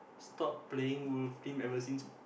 stopped played WolfTeam ever since